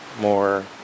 more